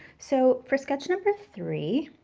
so for sketch number three,